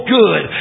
good